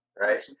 right